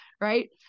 right